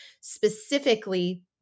specifically